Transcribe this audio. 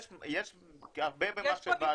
יש הרבה במה שהיא אומרת.